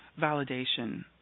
validation